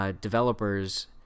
developers